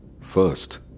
First